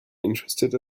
interested